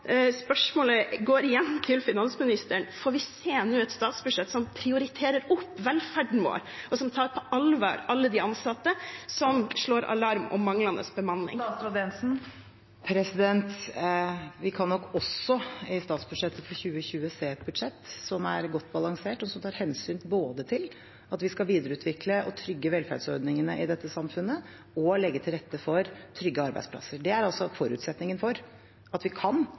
spørsmålet går igjen til finansministeren: Får vi nå se et statsbudsjett som prioriterer opp velferden vår, og som tar på alvor alle de ansatte som slår alarm om manglende bemanning? Vi kan nok også i statsbudsjettet for 2020 se et budsjett som er godt balansert, og som tar hensyn til både at vi skal videreutvikle og trygge velferdsordningene i dette samfunnet og legge til rette for trygge arbeidsplasser. Forutsetningen for at vi kan